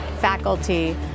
faculty